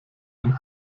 ein